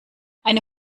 eine